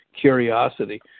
curiosity